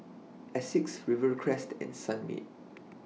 Asics Rivercrest and Sunmaid